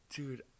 Dude